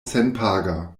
senpaga